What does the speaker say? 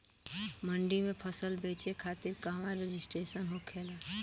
मंडी में फसल बेचे खातिर कहवा रजिस्ट्रेशन होखेला?